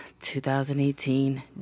2018